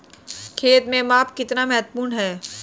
खेत में माप कितना महत्वपूर्ण है?